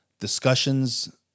discussions